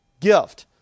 gift